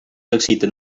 exciten